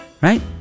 Right